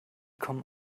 kommen